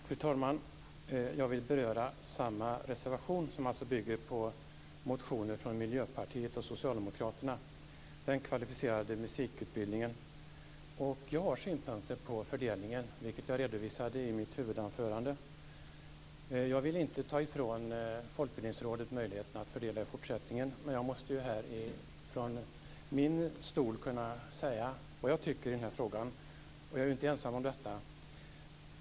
Fru talman! Jag vill beröra samma reservation, som alltså bygger på motioner från Miljöpartiet och Socialdemokraterna. Det gäller den kvalificerade musikutbildningen. Jag har synpunkter på fördelningen, vilket jag redovisade i mitt huvudanförande. Jag vill inte ta ifrån Folkbildningsrådet möjligheten att fördela bidrag i fortsättningen, men jag måste här från min stol kunna säga vad jag tycker i denna fråga. Jag är inte ensam om detta.